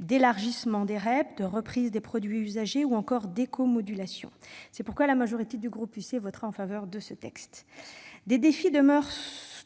d'élargissement des REP, de reprise des produits usagés ou encore d'éco-modulation. C'est pourquoi la majorité du groupe Union Centriste votera en faveur de l'adoption de ce texte. Des défis demeurent